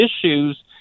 issues